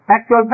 actual